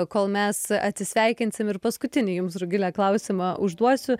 kol mes atsisveikinsim ir paskutinį jums rugile klausimą užduosiu